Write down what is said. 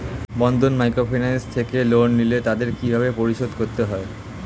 বন্ধন microfinance থেকে loan নিলে তাদের কিভাবে পরিশোধ করতে হয়?